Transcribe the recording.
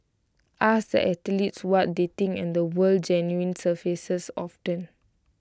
ask the athletes what they think and the word genuine surfaces often